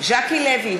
ז'קי לוי,